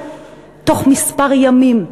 תוך מספר ימים.